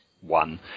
one